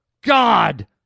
god